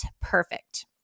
perfect